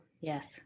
yes